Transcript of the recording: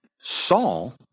Saul